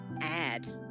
Add